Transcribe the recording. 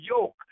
yoke